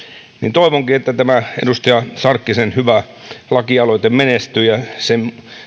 toivonkin että tämä edustaja sarkkisen hyvä lakialoite menestyy ja se